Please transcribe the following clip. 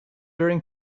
during